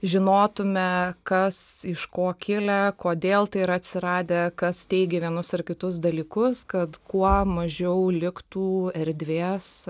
žinotume kas iš ko kilę kodėl tai yra atsiradę kas teigia vienus ar kitus dalykus kad kuo mažiau liktų erdvės